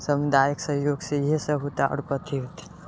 समुदायिक सहयोग से इहे सब होते और कथी होते